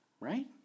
right